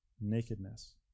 nakedness